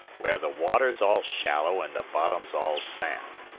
where the water's all shallow and the bottom's all sand.